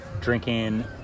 drinking